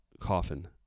coffin